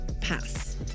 pass